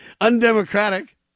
Undemocratic